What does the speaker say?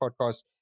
podcast